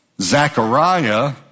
Zechariah